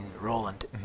Roland